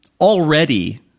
already